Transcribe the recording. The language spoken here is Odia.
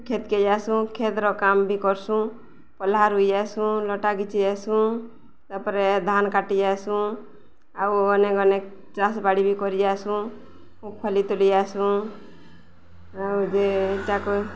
କ୍ଷେତ୍କେ ଯାସୁଁ କଷେଦର କାମ ବି କରସୁଁ ପହ୍ଲା ରୁଇଆସୁଁ ଲଟା ଘିଚି ଆସୁଁ ତାପରେ ଧାନ କାଟି ଆସୁଁ ଆଉ ଅନେକ ଅନେକ ଚାଷ ବାଡ଼ି ବି କରି ଯାସୁଁ ଖଲି ତୋଳି ଯାସୁଁ ଆଉ ଯେ ତାକୁ